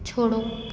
छोड़ो